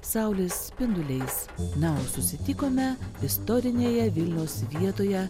saulės spinduliais na o susitikome istorinėje vilniaus vietoje